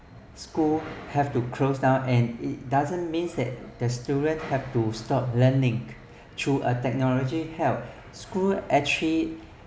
school have to close down and it doesn't mean that the students have to stop learning through a technology's help school actually